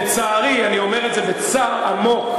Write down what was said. לצערי, אני אומר את זה בצער עמוק,